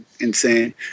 insane